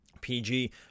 PG